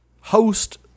host